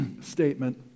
statement